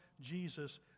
Jesus